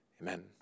Amen